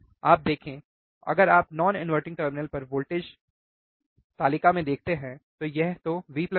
आप देखें अगर आप non inverting टर्मिनल पर DC वोल्टेज तालिका में देखते हैं तो यह तो V है